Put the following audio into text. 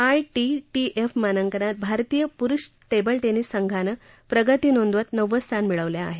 ITTF मानांकनात भारतीय पुरुष टेबल टेनिस संघानं प्रगती नोंदवत नववं स्थान मिळवलं आहे